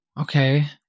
Okay